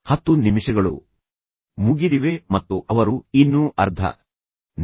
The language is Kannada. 10 ನಿಮಿಷಗಳು ಮುಗಿದಿವೆ ಮತ್ತು ಅವರು ಇನ್ನೂ ಅರ್ಧ ನಿಮಿಷ ಎಂದು ಹೇಳುತ್ತಾರೆ